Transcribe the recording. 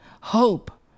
hope